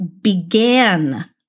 began